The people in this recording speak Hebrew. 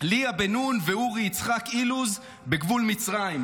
ליה בן נון ואורי יצחק אילוז בגבול מצרים,